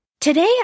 Today